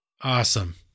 Awesome